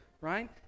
right